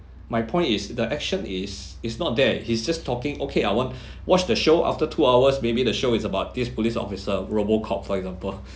my point is the action is is not there he's just talking okay I want watch the show after two hours maybe the show is about this police officer robocop for example